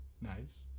Nice